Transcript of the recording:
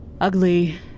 Ugly